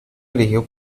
dirigido